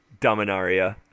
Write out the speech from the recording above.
Dominaria